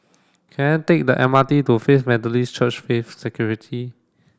can I take the M R T to Faith Methodist Church Faith Sanctuary